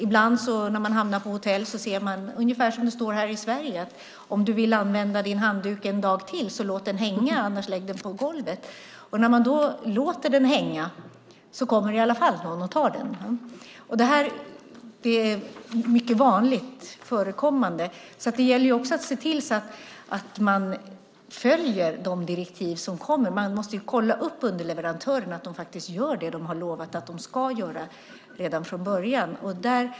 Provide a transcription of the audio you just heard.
Ibland ser man på hotell utomlands, ungefär som i Sverige, att om du vill använda din handduk en dag till så låt den hänga, om inte så lägg den på golvet. När man då låter den hänga kommer det ändå någon och tar den. Det är mycket vanligt förekommande. Det gäller alltså att se till att man följer de direktiv som finns. Man måste redan från början kolla underleverantörerna så att de verkligen gör det som de lovat att göra.